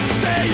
say